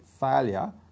failure